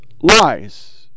Lies